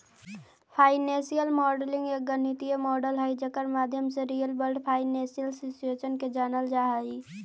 financial modelling एक गणितीय model हई जेकर माध्यम से रियल वर्ल्ड फाइनेंशियल सिचुएशन के जानल जा हई